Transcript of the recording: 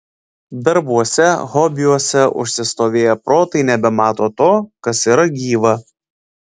darbuose hobiuose užsistovėję protai nebemato to kas yra gyva